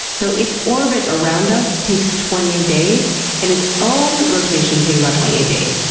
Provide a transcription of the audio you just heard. so its orbit around us takes twenty eight days and its own rotation takes about twenty eight days,